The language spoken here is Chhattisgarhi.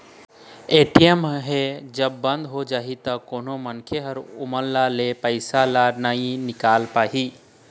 ए.टी.एम ह जब बंद हो जाही त कोनो मनखे ह ओमा ले पइसा ल नइ निकाल पाही